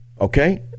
Okay